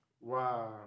Wow